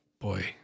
boy